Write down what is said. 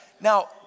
Now